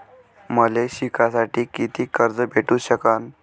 मले शिकासाठी कितीक कर्ज भेटू सकन?